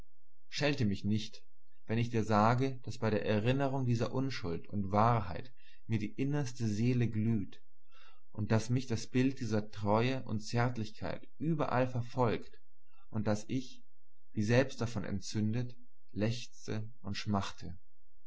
schelte mich nicht wenn ich dir sage daß bei der erinnerung dieser unschuld und wahrheit mir die innerste seele glüht und daß mich das bild dieser treue und zärtlichkeit überall verfolgt und daß ich wie selbst davon entzündet lechze und schmachte